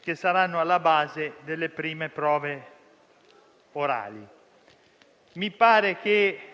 che saranno alla base delle prime prove orali. Ebbene,